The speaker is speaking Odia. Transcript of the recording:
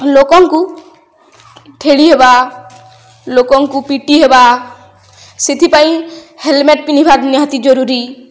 ଲୋକଙ୍କୁ ଠେଳି ହେବା ଲୋକଙ୍କୁ ପିଟି ହେବା ସେଥିପାଇଁ ହେଲମେଟ ପିନ୍ଧିବା ନିହାତି ଜରୁରୀ